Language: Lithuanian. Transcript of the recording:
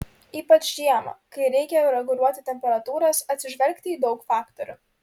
ypač žiemą kai reikia reguliuoti temperatūras atsižvelgti į daug faktorių